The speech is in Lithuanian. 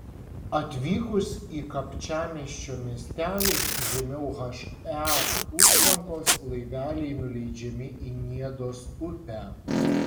atvykus į kapčiamiesčio miestelį žemiau he užtvankos laiveliai nuleidžiami į niedos upę